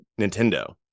Nintendo